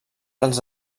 els